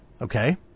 okay